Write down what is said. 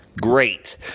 great